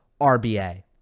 RBA